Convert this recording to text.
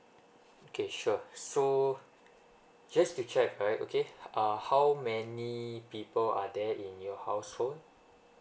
okay sure so just to check right okay uh how many people are there in your household